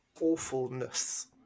awfulness